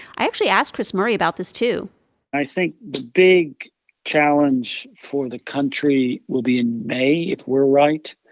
i actually asked chris murray about this, too i think the big challenge for the country will be in may, if we're right,